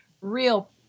real